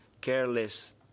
careless